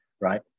right